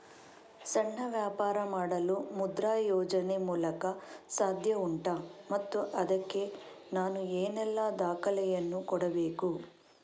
ಸಣ್ಣ ವ್ಯಾಪಾರ ಮಾಡಲು ಮುದ್ರಾ ಯೋಜನೆ ಮೂಲಕ ಸಾಧ್ಯ ಉಂಟಾ ಮತ್ತು ಅದಕ್ಕೆ ನಾನು ಏನೆಲ್ಲ ದಾಖಲೆ ಯನ್ನು ಕೊಡಬೇಕು?